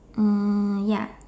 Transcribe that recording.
mm ya